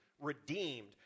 redeemed